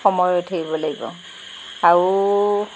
সময় ৰৈ থাকিব লাগিব আৰু